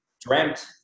dreamt